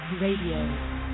Radio